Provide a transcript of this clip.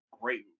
great